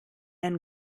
ein